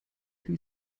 who